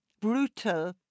brutal